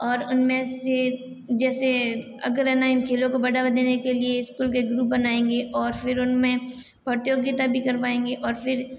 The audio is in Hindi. और उनमें से जैसे अगर है ना इन खेलों को बढ़ावा देने के लिए स्कूल के ग्रुप बनाएंगे और फिर उनमें प्रतियोगिता भी करवांगे और फिर